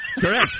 correct